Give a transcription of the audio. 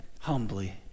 humbly